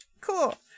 cool